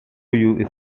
you